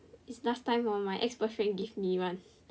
is last time hor my ex boyfriend give me one